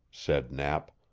said knapp,